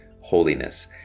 holiness